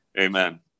Amen